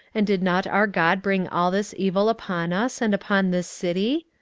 and did not our god bring all this evil upon us, and upon this city?